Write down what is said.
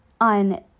on